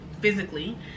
physically